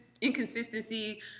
inconsistency